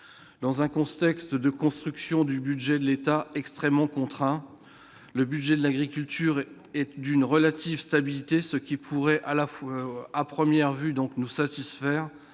dans un contexte de construction du budget de l'État extrêmement contraint, le budget de l'agriculture et d'une relative stabilité, ce qui pourrait à la fois à première vue donc nous satisfaire,